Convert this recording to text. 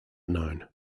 known